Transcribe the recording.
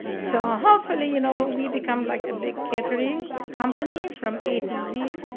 so hopefully you know we become like a big catering company from a to z.